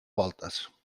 voltes